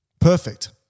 Perfect